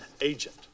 agent